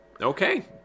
Okay